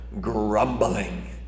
grumbling